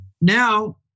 Now